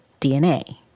DNA